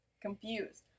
confused